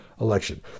election